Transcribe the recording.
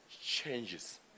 changes